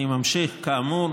אני ממשיך, כאמור.